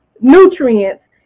nutrients